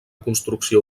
construcció